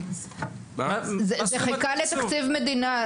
זה חיכה לתקציב מדינה.